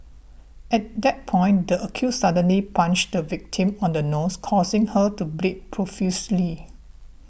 at that point the accused suddenly punched the victim on the nose causing her to bleed profusely